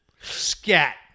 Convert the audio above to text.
Scat